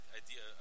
idea